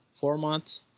format